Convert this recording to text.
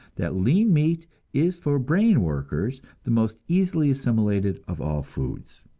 that lean meat is for brain-workers the most easily assimilated of all foods.